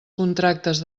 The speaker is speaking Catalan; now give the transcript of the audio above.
contractes